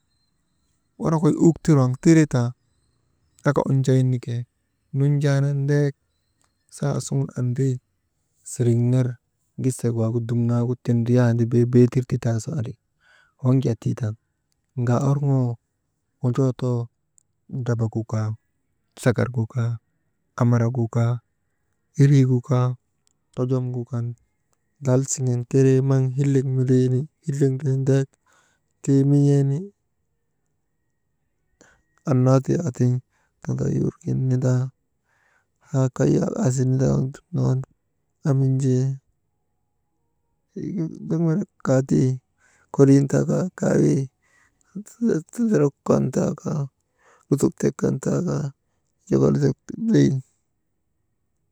Wonokoy ut tirwaŋ tire taa, laka unjayini kee, nunjaa nandeek saasuŋun andrin, siriŋ ner gisek waagu bee tindriyandi bee deetir ti taasu andri, waŋ jaa tii tan ŋaa orŋoo, wojoo toodrabagu kaa, sagargu kaa, amaragu kaa, iriigu kaa tojomgukan lal siŋen keree maŋ hillek mindrii ni hillek ndriyan ndek ndrii min̰eeni, annaa taatiŋ tadaywirgin nindaa, haa kay yak aasiŋen nindaa waŋ dumnan enbinjiyee, tiŋ ndoŋ melek kaa tii, kolin taa kaa kawii, «Hesitation» lutok tek kan taa kaa chowirdak tindi.